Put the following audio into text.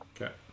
Okay